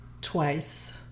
twice